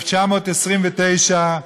1929,